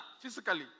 physically